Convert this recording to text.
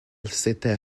s’était